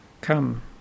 come